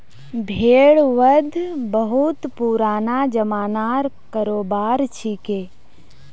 भेड़ वध बहुत पुराना ज़मानार करोबार छिके